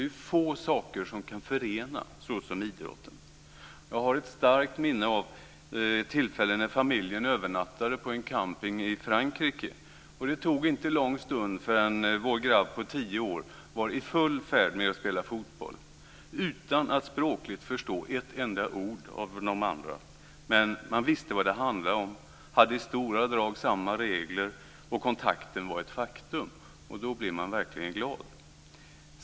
Få saker kan förena såsom idrotten. Jag har ett starkt minne av ett tillfälle när familjen övernattade på en camping i Frankrike. Det tog inte lång stund förrän vår grabb på tio år var i full färd med att spela fotboll, utan att språkligt förstå ett enda ord från de andra. Men de visste vad det handlade om, hade i stora drag samma regler, och kontakten var ett faktum. Då blir man verkligen glad.